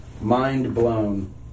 mind-blown